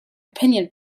opinion